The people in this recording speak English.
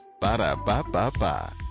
Ba-da-ba-ba-ba